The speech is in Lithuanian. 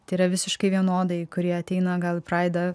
tai yra visiškai vienodai kurie ateina gal į praidą